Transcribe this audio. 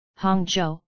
Hangzhou